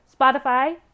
Spotify